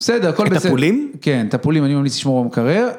בסדר, הכל בסדר, את הפולים? כן, את הפולים אני ממליץ לשמור במקרר